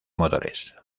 motores